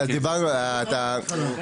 דיברנו על זה.